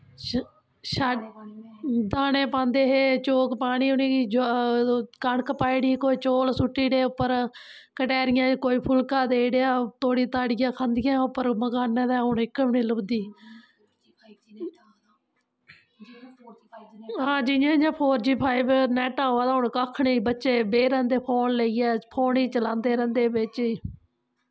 शा दाने पांदे हे चोग पानी उ'नेंगी कनक पाई ओड़ी कोई चोल सुट्टी ओड़े उप्पर गटैरियें गी कोई फुल्का देई ओड़ेआ तोड़ी ताड़ियै खांदियां हां उप्पर मकानें दे उप्पर हून इक बी नेईं लभदी हां जी जियां जियां फोर जी फाइव नेट आवा दा हून कक्ख नी बच्चे बेही रौंह्दे फोन लइयै फोन गी चलांदे रैंह्दे बिच्च ई